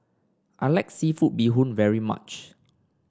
I like seafood Bee Hoon very much